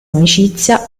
amicizia